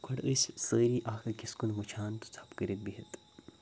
گۄڈ ٲسۍ سٲری اَکھ أکِس کُن وٕچھان تہٕ ژۄپہٕ کٕرِتھ بِہِت